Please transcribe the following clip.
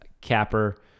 capper